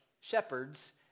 shepherds